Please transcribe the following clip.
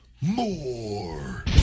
more